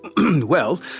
Well